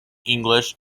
english